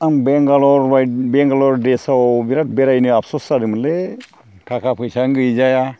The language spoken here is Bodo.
आं बेंगालर देसाव बिराद बेरायनो आफस'स जादोंमोनलै थाखा फैसायानो गैजाया